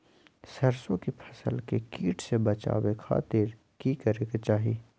सरसों की फसल के कीट से बचावे खातिर की करे के चाही?